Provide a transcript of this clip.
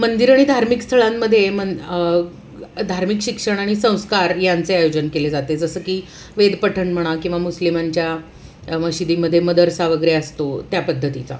मंदिर आणि धार्मिक स्थळांमध्ये मन धार्मिक शिक्षण आणि संस्कार यांचे आयोजन केले जाते जसं की वेदपठण म्हणा किंवा मुस्लिमांच्या मशीदीमध्ये मदरसा वगैरे असतो त्या पद्धतीचा